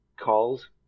calls